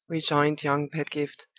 rejoined young pedgift.